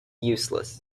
useless